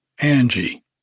Angie